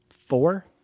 Four